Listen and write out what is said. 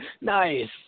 Nice